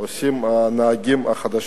עושים הנהגים החדשים?